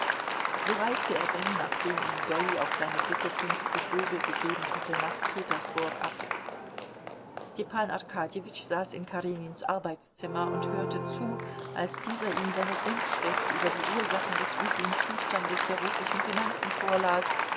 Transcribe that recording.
so reiste er denn nachdem ihm dolly auf seine bitte fünfzig rubel gegeben hatte nach petersburg ab stepan arkadjewitsch saß in karenins arbeitszimmer und hörte zu als dieser ihm seine denkschrift über die ursachen des üblen zustandes der russischen finanzen vorlas